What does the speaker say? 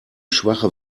schwache